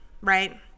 right